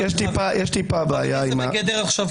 זה פחות